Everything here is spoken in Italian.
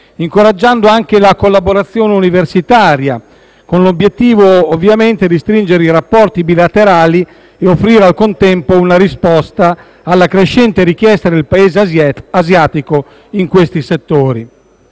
incoraggiando anche la collaborazione universitaria, con l'obiettivo di stringere i rapporti bilaterali e di offrire, al contempo, una risposta alla crescente richiesta del Paese asiatico in questi settori.